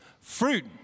Fruit